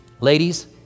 Ladies